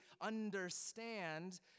understand